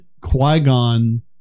Qui-Gon